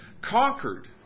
conquered